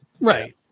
Right